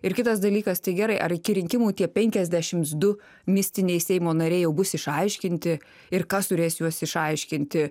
ir kitas dalykas tai gerai ar iki rinkimų tie penkiasdešims du mistiniai seimo nariai jau bus išaiškinti ir kas turės juos išaiškinti